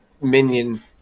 minion